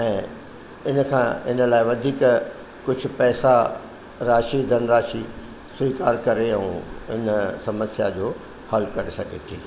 ऐं इन खां इन लाइ वधीक कुझु पैसा राशि धन राशि स्वीकार करे ऐं इन समस्या जो हल करे सघे थी